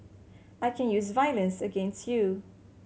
I can use violence against you